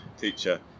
teacher